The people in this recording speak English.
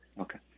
Okay